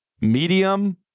medium